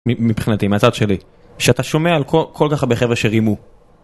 מבחינתי, מהצד שלי, שאתה שומע על כל כך הרבה חבר'ה שרימו